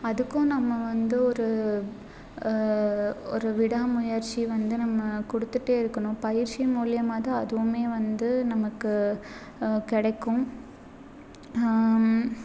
அதுக்கும் நம்ம வந்து ஒரு ஒரு விடாமுயற்சி வந்து நம்ம கொடுத்துட்டே இருக்கணும் பயிற்சி மூலியமாக தான் அதுவுமே வந்து நமக்கு கிடைக்கும்